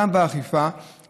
גם באכיפה,